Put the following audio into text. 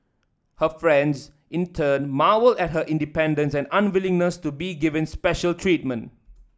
her friends in turn marvelled at her independence and unwillingness to be given special treatment